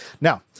Now